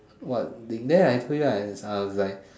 what being there I told you I I was like